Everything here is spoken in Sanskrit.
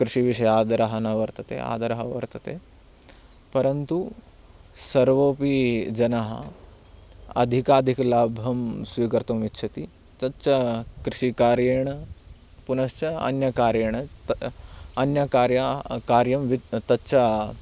कृषिविषये आदरः न वर्तते आदरः वर्तते परन्तु सर्वेऽपि जनः अधिकाधिकलाभं स्वीकर्तुमिच्छति तच्च कृषिकार्येण पुनश्च अन्यकार्येण अन्यकार्य कार्यं तच्च